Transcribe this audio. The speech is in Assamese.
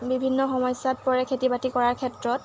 বিভিন্ন সমস্যাত পৰে খেতি বাতি কৰাৰ ক্ষেত্ৰত